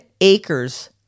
acres